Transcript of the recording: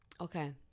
Okay